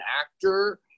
actor